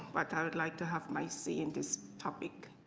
like i would like to have my say in this topic.